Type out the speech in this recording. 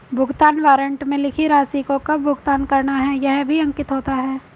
भुगतान वारन्ट में लिखी राशि को कब भुगतान करना है यह भी अंकित होता है